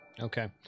Okay